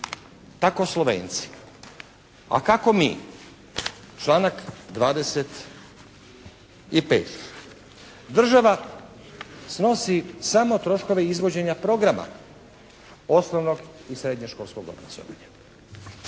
Tako Slovenci. A kako mi? Članak 25. Država snosi samo troškove izvođenja programa, osnovnog i srednjeg školskog obrazovanja.